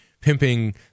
pimping